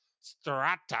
Strata